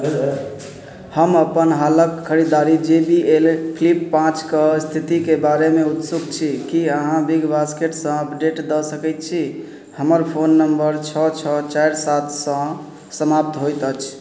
हम अपन हालक खरिदारी जे बी एल फ्लिप पाँचके इस्थितिके बारेमे उत्सुक छी कि अहाँ बिग बास्केटसँ अपडेट दऽ सकै छी हमर फोन नम्बर छओ छओ चारि सातसँ समाप्त होइत अछि